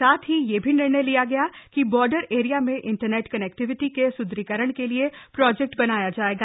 साथ ही यह भी निर्णय लिया गया कि बॉर्डर एरिया में इंटरनेट कनेक्टिविटी के सुदृढ़ीकरण के लिए प्रोजेक्ट बनाया जाएगा